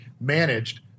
managed